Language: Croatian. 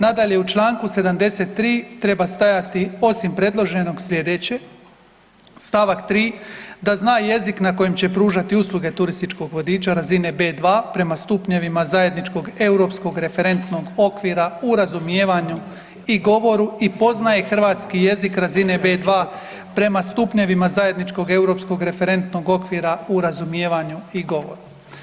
Nadalje u članku 73. treba stajati osim predloženog sljedeće, Stavak 3. da zna jezik na kojem će pružati usluge turističkog vodiča razine B2, prema stupnjevima zajedničkog europskog referentnog okvira u razumijevanju i govoru i poznaje Hrvatski jezik razine B2 prema stupnjevima zajedničkog europskog referentnog okvira u razumijevanju i govoru.